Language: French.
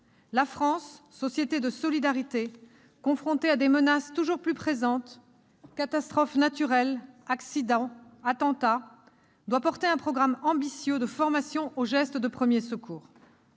La France, société de solidarité, confrontée à des menaces toujours plus présentes- catastrophes naturelles, accidents, attentats ...-, doit porter un programme ambitieux de formation aux gestes de premiers secours.